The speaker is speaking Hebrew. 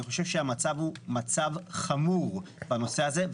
אני חושב שהמצב הוא מצב חמור בנושא הזה.